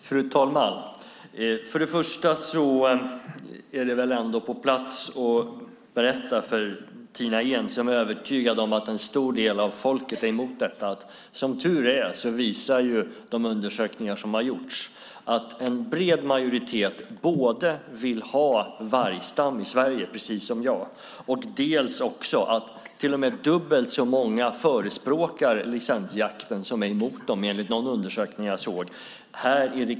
Fru talman! Det är väl ändå på sin plats att berätta för Tina Ehn, som är övertygad om att en stor del av folket är mot detta, att som tur är visar de undersökningar som har gjorts att en bred majoritet vill ha vargstam i Sverige, precis som jag, och att dubbelt så många förespråkar licensjakten av dem som är mot dem här i riksdagen enligt någon undersökning jag såg.